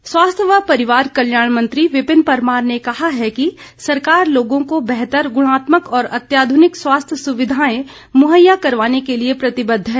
परमार स्वास्थ्य व परिवार कल्याण मंत्री विपिन परमार ने कहा है कि सरकार लोगों को बेहतर ग्णात्मक और अत्याध्निक स्वास्थ्य सुविधाएं मुहैया करवाने के लिए प्रतिबद्ध है